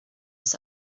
this